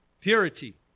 Purity